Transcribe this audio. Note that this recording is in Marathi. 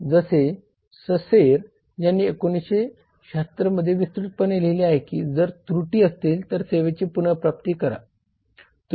जसे ससेर यांनी 1976 मध्ये विस्तृतपणे लिहिले आहे की जर त्रुटी असतील तर सेवेची पुनरप्राप्ती करा